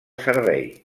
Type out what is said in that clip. servei